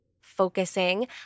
focusing